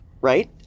right